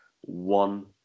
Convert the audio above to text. one